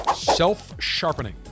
self-sharpening